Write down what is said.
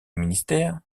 ministères